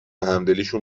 همدلیشون